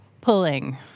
pulling